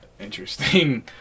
interesting